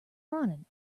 running